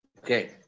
Okay